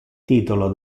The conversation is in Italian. titolo